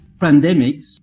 pandemics